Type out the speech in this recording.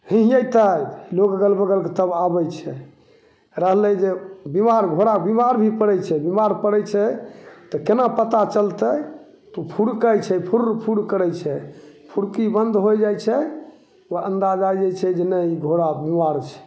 हिँहिँएतै लोक अगल बगलके तब आबै छै रहलै जे बेमार घोड़ा बेमार भी पड़ै छै बेमार पड़ै छै तऽ कोना पता चलतै तऽ फुरकै छै फुर्र फुर्र करै छै फुरकी बन्द हो जाइ छै ओ अन्दाज आ जाइ छै जे नहि ई घोड़ा बेमार छै